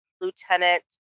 Lieutenant